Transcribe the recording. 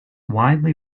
widely